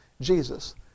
Jesus